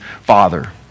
father